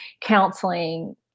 counseling